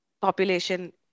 population